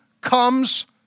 comes